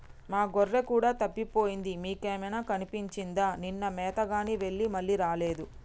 మా గొర్రె కూడా తప్పిపోయింది మీకేమైనా కనిపించిందా నిన్న మేతగాని వెళ్లి మళ్లీ రాలేదు